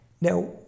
now